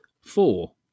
Four